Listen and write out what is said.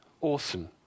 awesome